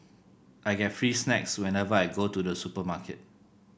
I get free snacks whenever I go to the supermarket